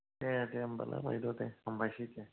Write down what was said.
दे दे होमबालाय बायद' दे हामबायसै दे